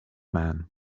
man